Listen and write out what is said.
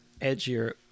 edgier